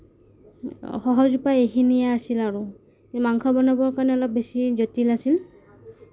সহজ উপায় এইখিনিয়েই আছিল আৰুযে মাংস বনাবৰ কাৰণে অকণ বেছি জটিল আছিল